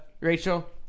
Rachel